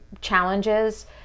challenges